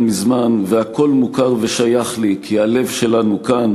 מזמן / והכול מוכר ושייך לי / כי הלב שלנו כאן.